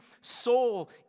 soul